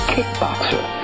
Kickboxer